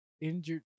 injured